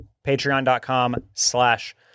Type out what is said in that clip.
Patreon.com/slash